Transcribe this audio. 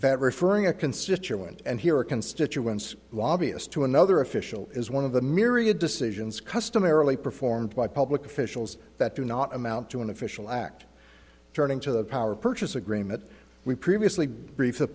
that referring a constituent and here a constituency lobbyist to another official is one of the myriad decisions customarily performed by public officials that do not amount to an official act turning to the power purchase agreement we previously brief the